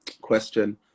question